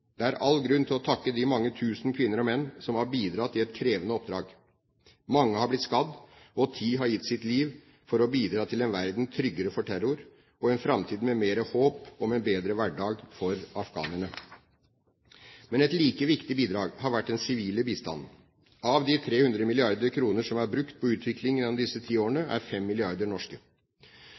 Det er all grunn til å takke de mange tusen kvinner og menn som har bidratt i et krevende oppdrag. Mange har blitt skadd, og ti har gitt sitt liv for å bidra til en verden tryggere for terror og en framtid med mer håp om en bedre hverdag for afghanerne. Men et like viktig bidrag har vært den sivile bistanden. Av de 300 mrd. kr som er brukt på utvikling gjennom disse ti årene, er 5 mrd. kr norske.